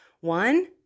One